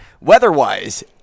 weather-wise